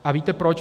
A víte proč?